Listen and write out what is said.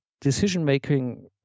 decision-making